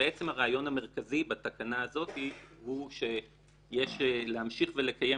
והרעיון המרכזי בתקנה הזאת הוא שיש להמשיך ולקיים